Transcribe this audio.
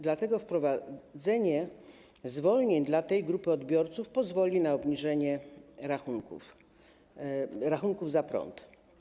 Dlatego wprowadzenie zwolnień dla tej grupy odbiorców pozwoli na obniżenie rachunków za prąd.